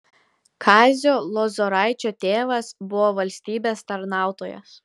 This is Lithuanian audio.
kazio lozoraičio tėvas buvo valstybės tarnautojas